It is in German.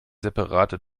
separate